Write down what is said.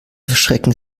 verschrecken